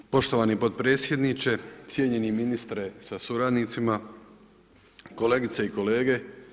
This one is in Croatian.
Poštovani potpredsjedniče, cijenjeni ministre sa suradnicima, kolegice i kolege.